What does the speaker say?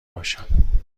باشم